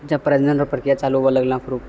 जब प्रजनन रऽ प्रक्रिया चालू हुवए लगलँ